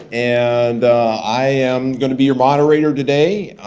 and i am gonna be your moderator today.